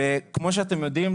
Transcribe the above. כמו שאתם יודעים,